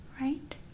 Right